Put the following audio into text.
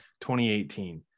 2018